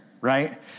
right